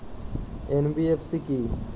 NBFC কী?